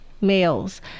males